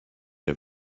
der